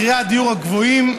מחירי הדיור הגבוהים.